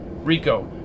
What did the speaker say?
Rico